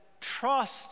trust